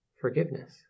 forgiveness